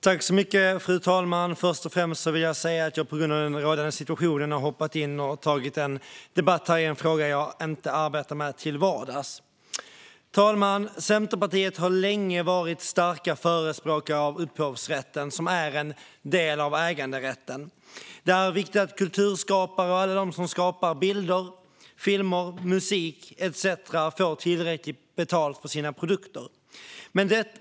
Fru talman! Jag vill börja med att säga att jag på grund av den rådande situationen har hoppat in här för att ta en debatt i en fråga som jag inte arbetar med till vardags. Fru talman! Vi i Centerpartiet har länge varit starka förespråkare av upphovsrätten, som är en del av äganderätten. Det är viktigt att kulturskapare som skapar bilder, filmer, musik etcetera får tillräckligt betalt för sina produkter.